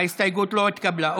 ההסתייגות לא התקבלה.